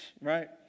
right